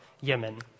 Yemen